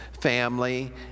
family